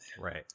Right